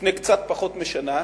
לפני קצת פחות משנה,